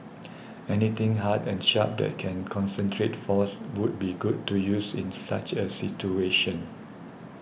anything hard and sharp that can concentrate force would be good to use in such a situation